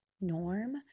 norm